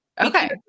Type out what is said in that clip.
Okay